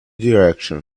direction